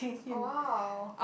oh !wow!